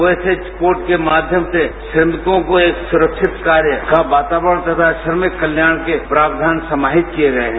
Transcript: OSH code के माध्यम से श्रमिकों को एक सुरक्षित कार्य का वातावरण तथा श्रमिक कल्याण के प्रावधान समाहित किये गये हैं